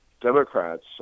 Democrats